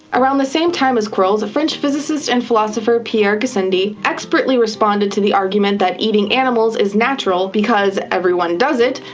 around the same time as quarles, french physicist and philosopher pierre gassendi expertly responded to the argument that eating animals is natural because everyone does it,